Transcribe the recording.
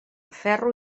ferro